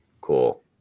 Cool